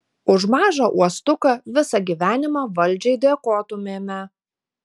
už mažą uostuką visą gyvenimą valdžiai dėkotumėme